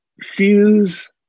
fuse